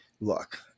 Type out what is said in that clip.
Look